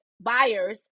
buyers